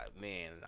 man